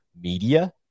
media